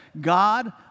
God